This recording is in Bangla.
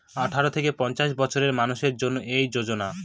আঠারো থেকে পঞ্চাশ বছরের মানুষের জন্য এই যোজনা